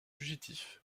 fugitifs